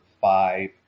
five